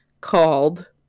called